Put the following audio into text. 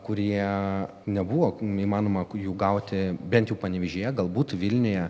kurie nebuvo įmanoma jų gauti bent jų panevėžyje galbūt vilniuje